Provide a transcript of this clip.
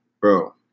bro